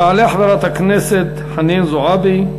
תעלה חברת הכנסת חנין זועבי,